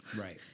Right